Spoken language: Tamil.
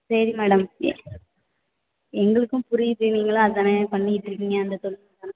சரி மேடம் எ எங்களுக்கு புரியுது நீங்களும் அதானே பண்ணியிட்டிருக்கீங்க அந்த